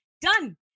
Done